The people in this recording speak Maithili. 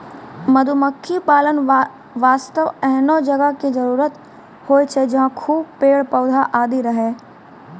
मधुमक्खी पालन वास्तॅ एहनो जगह के जरूरत होय छै जहाँ खूब पेड़, पौधा, फूल आदि रहै